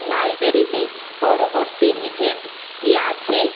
লাইব্রেরিতে পরবর্তী ইভেন্ট কি আছে